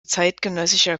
zeitgenössischer